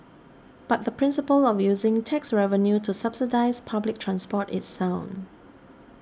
but the principle of using tax revenue to subsidise public transport is sound